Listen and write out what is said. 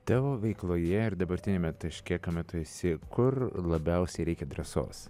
tavo veikloje ir dabartiniame taške kame tu esi kur labiausiai reikia drąsos